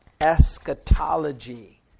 eschatology